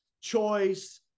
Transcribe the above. choice